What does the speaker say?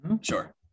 sure